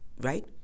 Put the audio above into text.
right